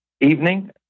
evening